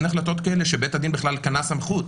אין החלטות כאלה שבית הדין בכלל קנה סמכות.